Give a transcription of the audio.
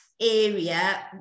area